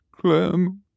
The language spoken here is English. Clem